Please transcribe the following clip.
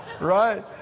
Right